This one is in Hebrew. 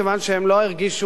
מכיוון שהם לא הרגישו,